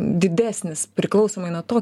didesnis priklausomai nuo to